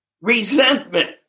Resentment